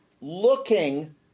looking